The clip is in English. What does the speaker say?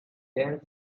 then